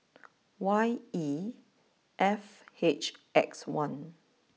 Y E F H X one